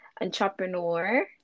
entrepreneur